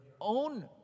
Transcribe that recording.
own